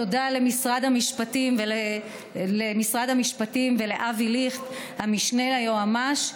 תודה למשרד המשפטים ולאבי ליכט, המשנה ליועמ"ש,